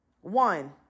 One